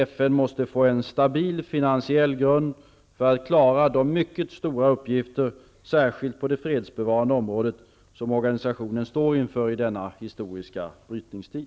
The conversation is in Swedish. FN måste få en stabil finansiell grund för att klara de mycket stora uppgifter, särskilt på det fredsbevarande området, som organisationen står inför i denna historiska brytningstid.